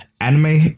Anime